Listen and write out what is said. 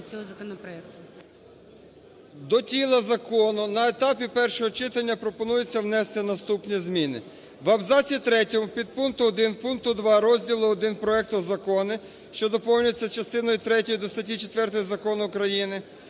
До тіла закону на етапі першого читання пропонується внести наступні зміни: В абзаці третьому підпункту 1 пункту 2 Розділу І проекту закону, що доповнюються частиною 3 до статті 4 Закону України